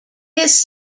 this